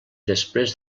després